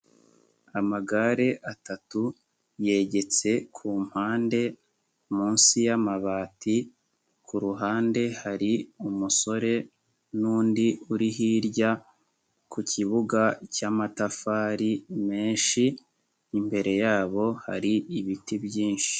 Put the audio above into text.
Amagare atatu yegetse kumpande munsi yamabati, kuruhande hari umusore n'undi uri hirya ku kibuga cyamatafari menshi, imbere yabo hari ibiti byinshi.